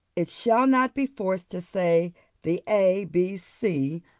it shall not be forced to say the a, b, c,